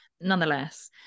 nonetheless